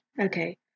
Okay